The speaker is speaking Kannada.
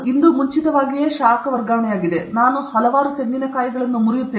ಇಂದು ಮುಂಚಿತವಾಗಿ ಶಾಖ ವರ್ಗಾವಣೆಯಾಗಿದೆ ನಾನು ಹಲವಾರು ತೆಂಗಿನಕಾಯಿಗಳನ್ನು ಮುರಿಯುತ್ತೇನೆ